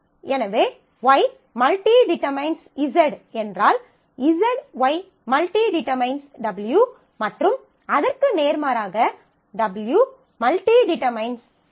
எனவே Y→→ Z என்றால் ZY →→ W மற்றும் அதற்கு நேர்மாறாக W →→ ZY